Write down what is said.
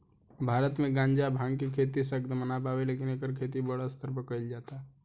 भारत मे गांजा, भांग के खेती सख्त मना बावे लेकिन एकर खेती बड़ स्तर पर कइल जाता